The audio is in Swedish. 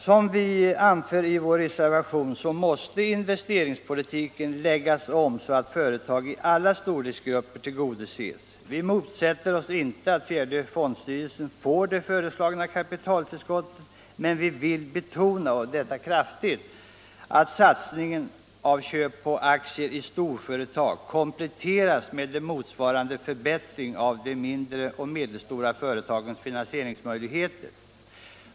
Som vi anför i vår reservation måste investeringspolitiken läggas om så att företag i alla storleksgrupper tillgodoses. Vi motsätter oss inte att fjärde fondstyrelsen får det föreslagna kapitaltillskottet, men vi vill betona — och detta kraftigt — att satsningen på köp av aktier i stora företag måste kompletteras med motsvarande förbättring av de mindre och medelstora företagens finansieringsmöjligheter.